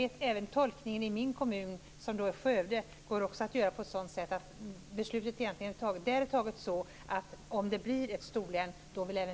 Jag vet också att man kan tolka beslutet i min kommun, Skövde, som att även vi från Skövde vill vara med om det blir ett storlän.